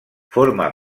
forma